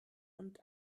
und